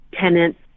tenants